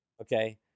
okay